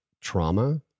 trauma